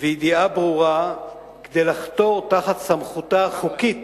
וידיעה ברורה כדי לחתור תחת סמכותה החוקית